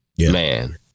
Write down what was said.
man